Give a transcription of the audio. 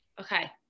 Okay